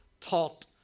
taught